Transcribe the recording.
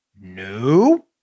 No